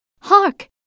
Hark